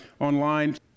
online